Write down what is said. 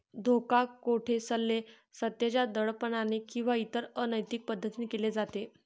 धोका, खोटे सल्ले, सत्याच्या दडपणाने किंवा इतर अनैतिक पद्धतीने केले जाते